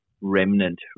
remnant